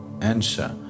answer